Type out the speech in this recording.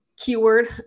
keyword